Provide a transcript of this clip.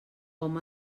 hom